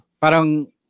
parang